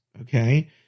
Okay